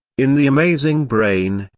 in the amazing brain,